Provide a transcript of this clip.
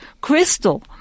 crystal